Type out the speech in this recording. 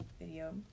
video